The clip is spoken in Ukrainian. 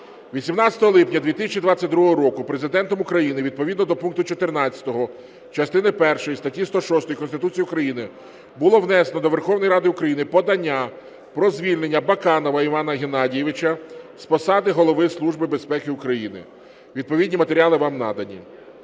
18 липня 2022 року Президентом України відповідно до пункту 14 частини першої статті 106 Конституції України було внесено до Верховної Ради України подання про звільнення Баканова Івана Геннадійовича з посади Голови Служби безпеки України. Відповідні матеріали вам надані.